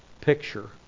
picture